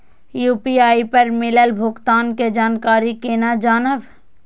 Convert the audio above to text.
UPI पर मिलल भुगतान के जानकारी केना जानब?